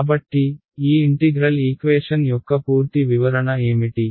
కాబట్టి ఈ integral equation యొక్క పూర్తి వివరణ ఏమిటి